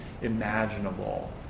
imaginable